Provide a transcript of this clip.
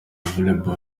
volley